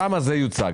שם זה יוצג.